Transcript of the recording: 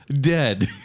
Dead